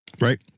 right